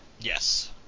Yes